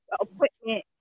equipment